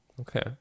Okay